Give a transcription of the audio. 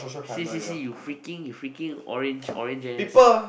see see see you freaking you freaking orange orange ass